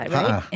right